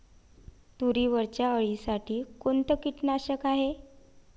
तुरीवरच्या अळीसाठी कोनतं कीटकनाशक हाये?